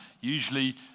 Usually